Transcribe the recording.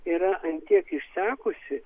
yra ant tiek išsekusi